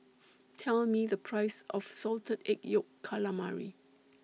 Tell Me The Price of Salted Egg Yolk Calamari